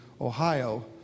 Ohio—